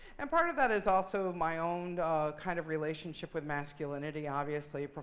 and part of that is also my own kind of relationship with masculinity. obviously,